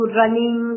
running